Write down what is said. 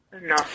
No